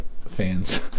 fans